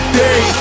day